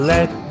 Let